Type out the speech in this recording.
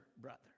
brother